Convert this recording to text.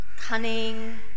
Cunning